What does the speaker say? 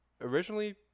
originally